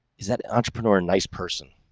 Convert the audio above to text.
is that entrepreneur nice person.